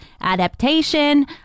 adaptation